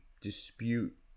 dispute